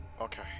Okay